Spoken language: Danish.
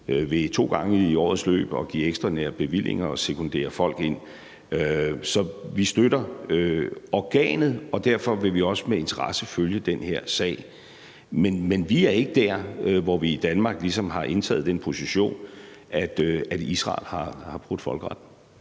ved to gange i årets løb at give ekstraordinære bevillinger og sekundere folk ind. Så vi støtter organet, og derfor vil vi også med interesse følge den her sag. Men vi er ikke der, hvor vi i Danmark ligesom har indtaget den position, at Israel har brudt folkeretten.